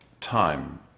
time